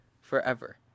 forever